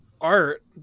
art